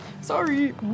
Sorry